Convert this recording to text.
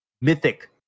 mythic